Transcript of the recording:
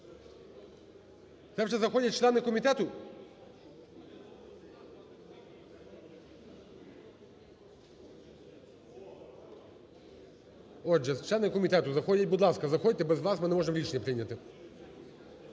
Це вже заходять члени комітету? Отже, члени комітету заходять, будь ласка, заходьте без вас ми не можемо рішення прийняти.